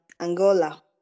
Angola